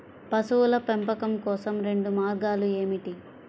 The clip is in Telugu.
పశువుల పెంపకం కోసం రెండు మార్గాలు ఏమిటీ?